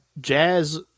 jazz